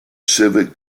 civic